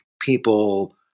people